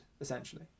Essentially